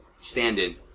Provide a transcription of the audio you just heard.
stand-in